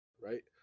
right